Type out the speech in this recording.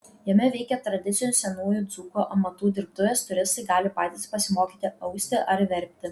jame veikia tradicinių senųjų dzūkų amatų dirbtuvės turistai gali patys pasimokyti austi ar verpti